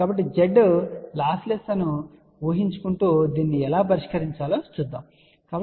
కాబట్టి Z lossless అని ఊహిస్తూ దీన్ని ఎలా పరిష్కరించగలమో చూద్దాం